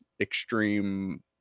extreme